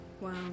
Wow